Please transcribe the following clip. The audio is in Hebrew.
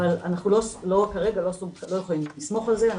אבל אנחנו כרגע לא יכולים לסמוך על זה.